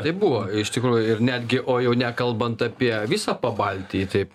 taip buvo iš tikrųjų ir netgi o jau nekalbant apie visą pabaltijį taip